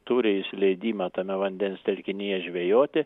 turi jis leidimą tame vandens telkinyje žvejoti